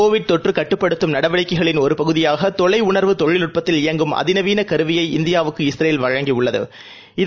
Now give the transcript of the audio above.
Covid தொற்றுகட்டுப்படுத்தும் நடவடிக்கைகளின் ஒருபகுதியாகதொலையுணர்வு தொழில்நட்பத்தில் இயங்கும் அதிநவீனகருவியை இந்தியாவுக்கு இஸ்ரேல் வழங்கியுள்ளது